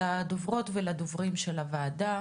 לדוברות ולדוברים של הוועדה.